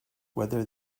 whether